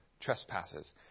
trespasses